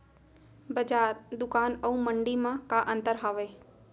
बजार, दुकान अऊ मंडी मा का अंतर हावे?